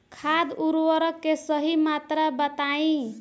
खाद उर्वरक के सही मात्रा बताई?